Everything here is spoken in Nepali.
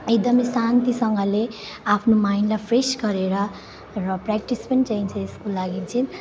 एकदमै शान्तिसँगले आफ्नो माइन्डलाई फ्रेस गरेर र प्र्याक्टिस पनि चाहिन्छ यसको लागि चाहिँ